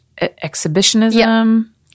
exhibitionism